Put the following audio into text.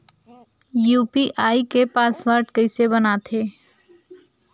UPI के password कइसे बनाथे?